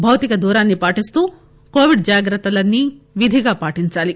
భౌతిక దూరాన్ని పాటిస్తూ కోవిడ్ జాగ్రత్తలన్నీ విధిగా పాటించాలి